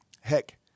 heck